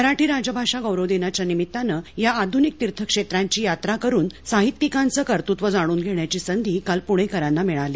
मराठी राजभाषा गौरव दिनाच्या निमित्तानं या आधुनिक तीर्थक्षेत्रांची यात्रा करुन साहित्यिकाचं कर्तृत्व जाणून घेण्याची संधी काल प्णेकरांना मिळाली